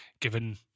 given